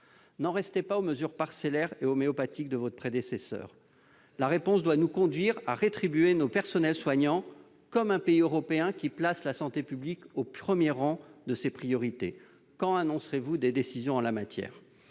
N'en restez pas aux mesures parcellaires et homéopathiques de votre prédécesseur. La réponse doit nous conduire à rétribuer nos personnels soignants comme un pays européen qui place la santé publique au premier rang de ses priorités. Quand annoncerez-vous des décisions en la matière ?